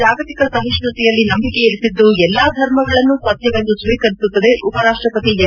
ಭಾರತ ಜಾಗತಿಕ ಸಹಿಷ್ಣುತೆಯಲ್ಲಿ ನಂಬಿಕೆ ಇರಿಸಿದ್ದು ಎಲ್ಲ ಧರ್ಮಗಳನ್ನೂ ಸತ್ತವೆಂದು ಸ್ತೀಕರಿಸುತ್ತದೆ ಉಪರಾಷ್ಷಪತಿ ಎಂ